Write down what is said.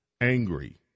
angry